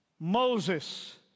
Moses